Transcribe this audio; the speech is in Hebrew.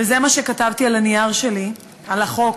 וזה מה שכתבתי על הנייר שלי, על החוק,